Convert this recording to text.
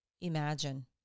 imagine